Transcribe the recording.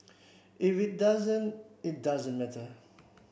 if it doesn't it doesn't matter